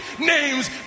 names